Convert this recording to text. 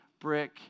brick